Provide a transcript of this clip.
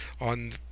on